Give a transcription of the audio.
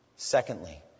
Secondly